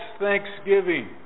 thanksgiving